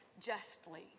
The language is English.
justly